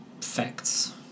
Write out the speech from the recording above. facts